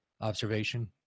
observation